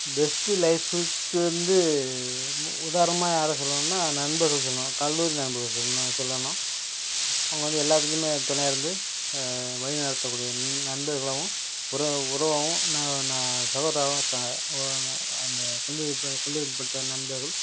best லைஃப்புக்கு வந்து உதாரணமாக யாரை சொல்லுவேன்னால் நண்பர்கள் சொல்லுவேன் கல்லூரி நண்பர்கள் சொல்லணும் சொல்லாமா அவங்க வந்து எல்லாத்துலேயுமே எனக்கு துணையாக இருந்து வழி நடத்தக்கூடிய நண்பர்களாகவும் உற உறவாகவும் ந ந சகோதரராகவும் இருக்காங்க அந்த கல்லூரி இப்போ கல்லூரியில் படித்த நண்பர்கள்